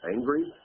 Angry